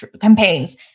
campaigns